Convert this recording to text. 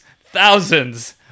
thousands